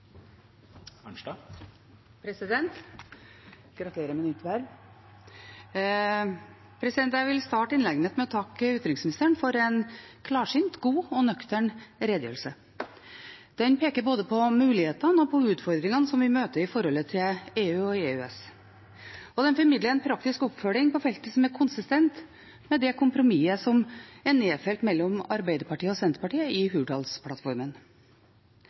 Gratulerer med nytt verv! Jeg vil starte innlegget mitt med å takke utenriksministeren for en klarsynt, god og nøktern redegjørelse. Den peker både på mulighetene og på utfordringene som vi møter i forholdet til EU og EØS. Den formidler en praktisk oppfølging på feltet som er konsistent med det kompromisset som er nedfelt mellom Arbeiderpartiet og Senterpartiet i Hurdalsplattformen.